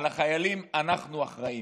על החיילים אנחנו אחראים.